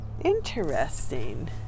Interesting